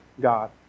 God